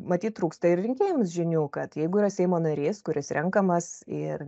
matyt trūksta ir rinkėjams žinių kad jeigu yra seimo narys kuris renkamas ir